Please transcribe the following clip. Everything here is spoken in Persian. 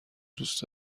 دوست